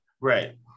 Right